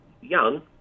Young